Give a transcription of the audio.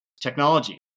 technology